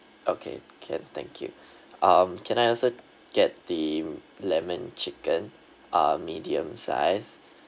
okay can thank you um can I also get the lemon chicken um medium size